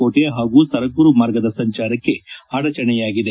ಕೋಟೆ ಪಾಗೂ ಸಂಗೂರು ಮಾರ್ಗದ ಸಂಜಾರಕ್ಕೆ ಆಡಚಣೆಯಾಗಿದೆ